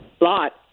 lot